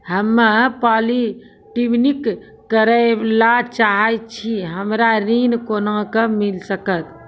हम्मे पॉलीटेक्निक करे ला चाहे छी हमरा ऋण कोना के मिल सकत?